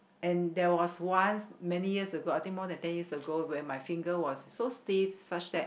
and there was once many years ago I think more than tens years ago where my finger was so stiff such that